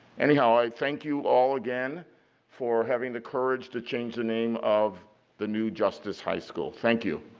anyway, ah i thank you all again for having the courage to change the name of the new justice high school. thank you.